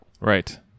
Right